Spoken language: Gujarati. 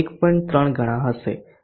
3 ગણા હશે